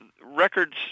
records